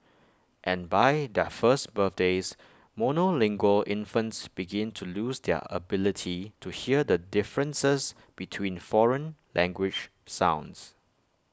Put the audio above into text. and by their first birthdays monolingual infants begin to lose their ability to hear the differences between foreign language sounds